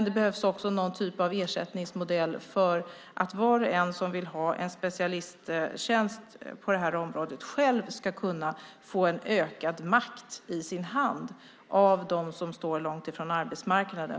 Det behövs också någon typ av ersättningsmodell så att var och en som vill ha en specialisttjänst på området själv ska kunna få en ökad makt i sin hand. Det gäller framför allt dem som står långt ifrån arbetsmarknaden.